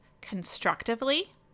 constructively